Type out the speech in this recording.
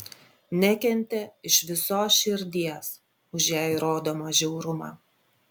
nekentė iš visos širdies už jai rodomą žiaurumą